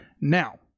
Now